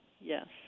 Yes